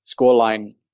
scoreline